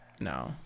No